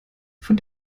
von